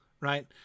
Right